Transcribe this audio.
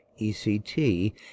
ECT